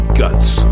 guts